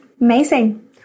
Amazing